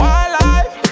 Wildlife